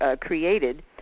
created